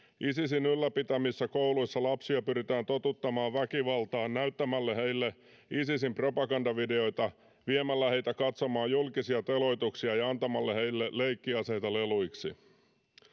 isisin ylläpitämissä kouluissa lapsia pyritään totuttamaan väkivaltaan näyttämällä heille isisin propagandavideoita viemällä heitä katsomaan julkisia teloituksia ja antamalla heille leikkiaseita leluiksi